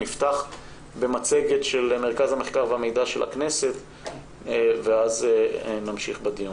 נפתח במצגת של מרכז המחקר והמידע של הכנסת ואז נמשיך בדיון.